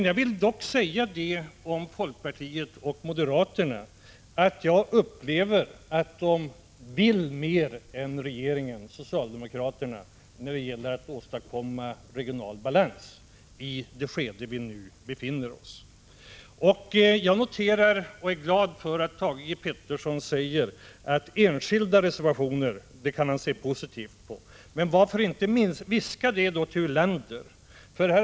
Jag vill dock säga om folkpartiet och moderaterna att jag upplever att de vill mer än regeringen och socialdemokraterna när det gäller att åstadkomma regional balans i det skede vi nu befinner oss i. Jag noterar och är glad för att Thage Peterson säger att han kan se positivt på enskilda reservationer. Varför inte då viska det till Lars Uländer?